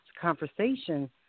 conversation